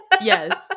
Yes